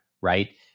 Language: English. right